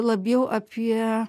labiau apie